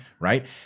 right